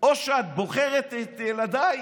או שאת בוחרת את ילדייך.